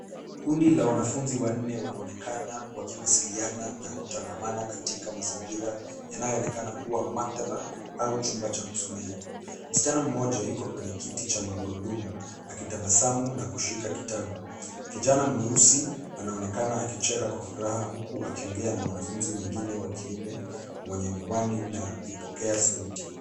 Kundi la wanafunzi wanne wanaonekana wakiwasiliana na kutangamana katika mazingira yanayoonekana kuwa maktaba au chumba cha kusomea. Msichana mmoja yuko kwenye kiti cha magurudumu akitabasamu na kushika kitabu. Kijana mweusi anaonekana akicheka kwa furaha huku akiongea na mwanafunzi mwingine mwenye miwani na vipokea sauti.